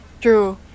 True